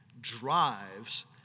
drives